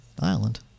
island